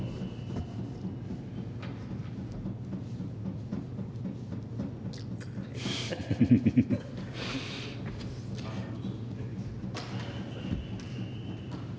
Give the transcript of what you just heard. hvad er det,